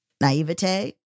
naivete